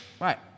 right